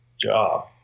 job